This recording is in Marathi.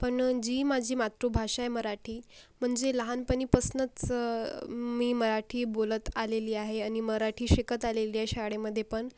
पण जी माझी मातृभाषा आहे मराठी म्हणजे लहानपणीपासनंच मी मराठी बोलत आलेली आहे आणि मराठी शिकत आलेली आहे शाळेमध्येपण